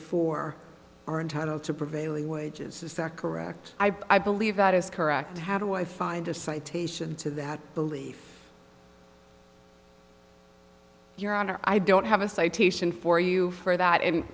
four are entitled to prevailing wages is that correct i believe that is correct how do i find a citation to that belief your honor i don't have a citation for you for that